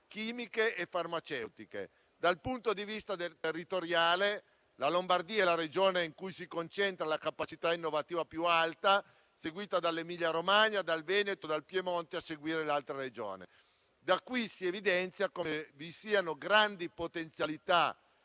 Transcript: chimiche e farmaceutiche. Dal punto di vista territoriale, la Lombardia è la Regione in cui si concentra la capacità innovativa più alta, seguita dall'Emilia-Romagna, dal Veneto, dal Piemonte e dalle altre Regioni. Da qui si evidenzia come vi siano grandi potenzialità